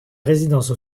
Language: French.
résidence